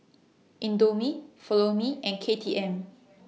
Indomie Follow Me and K T M